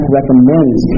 recommends